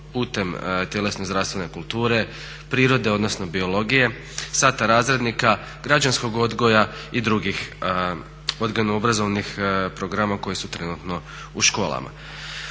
putem tjelesne zdravstvene kulture, prirode odnosno biologije, sata razrednika, građanskog odgoja i drugih odgojno-obrazovnih programa koji su trenutno u školama.